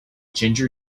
ginger